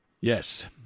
Yes